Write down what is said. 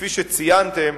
וכפי שציינתם,